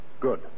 Good